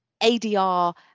ADR